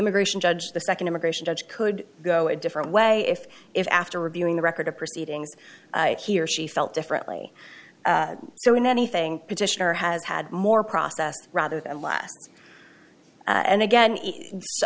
immigration judge the second immigration judge could go a different way if if after reviewing the record of proceedings he or she felt differently so in anything petitioner has had more process rather than last and again